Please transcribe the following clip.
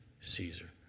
Caesar